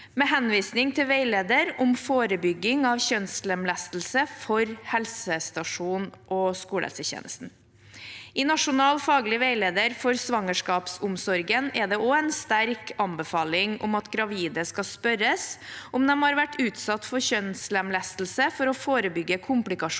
med henvisning til veilederen om forebygging av kjønnslemlestelse for helsestasjon- og skolehelsetjenesten. I nasjonal faglig veileder for svangerskapsomsorgen er det også en sterk anbefaling om at gravide skal spørres om de har vært utsatt for kjønnslemlestelse, for å forebygge komplikasjoner